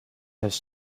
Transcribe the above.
has